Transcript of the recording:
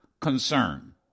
Concern